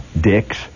Dick's